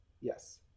Yes